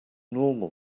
normal